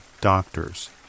Doctors